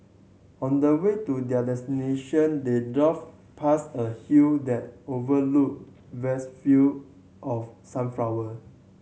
on the way to their destination they drove past a hill that overlooked vast field of sunflower